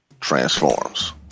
transforms